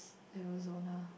Arizona